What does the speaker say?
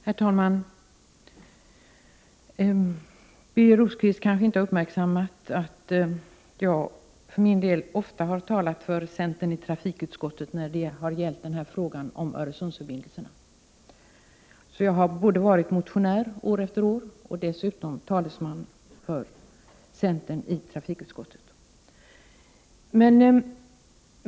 Herr talman! Birger Rosqvist har kanske inte uppmärksammat att jag för min del ofta har talat för centern i trafikutskottet när det har gällt Öresundsförbindelserna. Jag har alltså varit både motionär och talesman för centern i trafikutskottet.